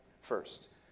First